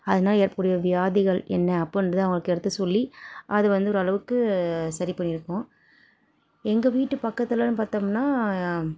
அதனால ஏற்புடைய வியாதிகள் என்ன அப்புன்றத அவுங்களுக்கு எடுத்து சொல்லி அது வந்து ஓரளவுக்கு சரி பண்ணியிருக்கோம் எங்கள் வீட்டு பக்கத்துலேன்னு பாத்தோம்ன்னா